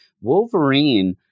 Wolverine